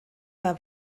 bei